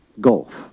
gulf